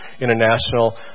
International